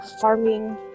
farming